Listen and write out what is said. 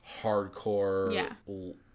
hardcore